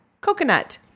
coconut